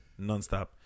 nonstop